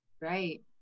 Right